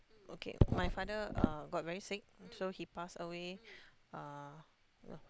okay my father uh got very sick so he passed away uh